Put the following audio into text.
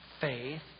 faith